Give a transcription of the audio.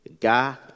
God